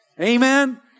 Amen